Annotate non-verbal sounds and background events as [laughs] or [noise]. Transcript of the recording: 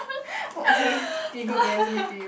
[laughs] okay K good guess give it to you